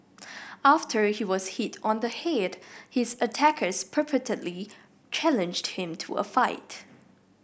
after he was hit on the head his attackers purportedly challenged him to a fight